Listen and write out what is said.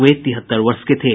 वे तिहत्तर वर्ष के थे